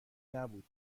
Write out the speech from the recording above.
نبود